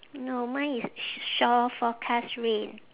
no mine is shore forecast rain